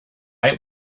right